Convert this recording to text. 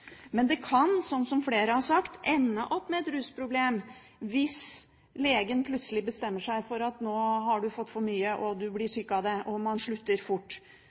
men det kan – som flere har sagt – ende opp med et rusproblem hvis legen plutselig bestemmer seg for at nå har du fått for mye, du blir syk av det, og så slutter man fort.